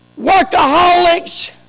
workaholics